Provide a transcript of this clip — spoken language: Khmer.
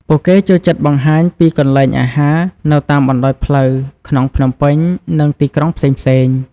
ពួកគេចូលចិត្តបង្ហាញពីកន្លែងអាហារនៅតាមបណ្តោយផ្លូវ ក្នុងភ្នំពេញ និងទីក្រុងផ្សេងៗ។